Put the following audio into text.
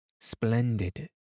Splendid